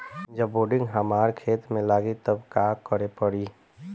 जब बोडिन हमारा खेत मे लागी तब का करे परी?